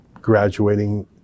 graduating